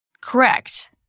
Correct